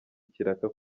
ikiraka